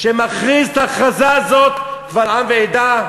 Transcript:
שמכריז את ההכרזה הזאת קבל עם ועדה?